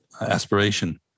aspiration